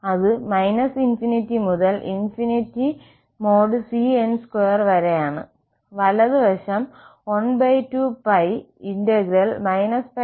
അത് ∞മുതൽ ∞ over |cn|2 വരെയാണ് വലതു വശം 12π πfx2dx